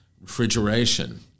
refrigeration